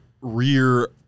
rear